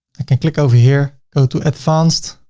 i can click over here, go to advanced,